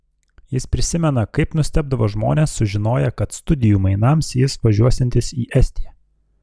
jis prisimena kaip nustebdavo žmonės sužinoję kad studijų mainams jis važiuosiantis į estiją